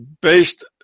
based